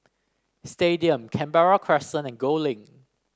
Stadium Canberra Crescent and Gul Link